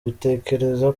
utekereza